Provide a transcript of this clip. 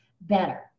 better